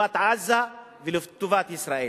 לטובת עזה ולטובת ישראל.